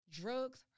Drugs